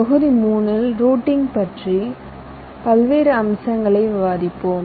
தொகுதி 3 இல் ரூட்டிங் பற்றி பல்வேறு அம்சங்களைப் விவாதிப்போம்